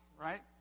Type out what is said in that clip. right